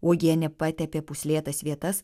uogienė patepė pūslėtas vietas